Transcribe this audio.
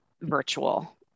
Virtual